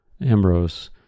Ambrose